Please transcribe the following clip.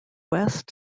west